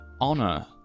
honor